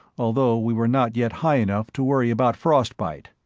although we were not yet high enough to worry about frostbite.